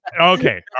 okay